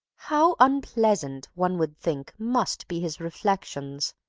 how unpleasant, one would think, must be his reflections!